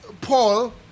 Paul